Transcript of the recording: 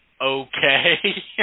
Okay